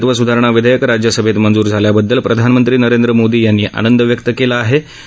नागरिकत्व सुधारणा विधेयक राज्यसभेत मंजूर झाल्याबददल प्रधानमंत्री नरेंद्र मोदी यांनी आनंद व्यक्त केला आहे